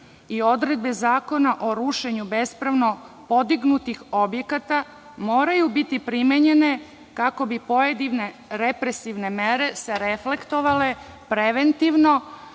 i odredbe Zakona o rušenju bespravno podignutih objekata moraju biti primenjene kako bi pojedine represivne mere se reflektovale preventivno